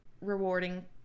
rewarding